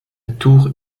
tour